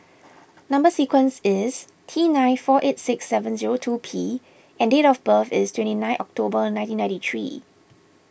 Number Sequence is T nine four eight six seven zero two P and date of birth is twenty nine October nineteen ninety three